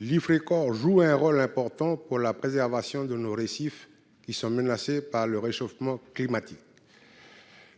(Ifrécor) joue un rôle important pour la préservation de nos récifs, qui sont menacés par le réchauffement climatique.